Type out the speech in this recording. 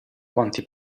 quanti